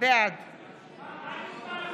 בעד